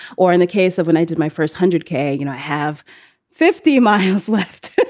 or in the case of when i did my first hundred k, you know, i have fifty miles left